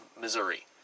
Missouri